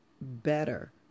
better